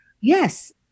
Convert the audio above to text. Yes